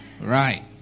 Right